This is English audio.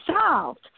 solved